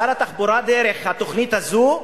שר התחבורה, דרך התוכנית הזו,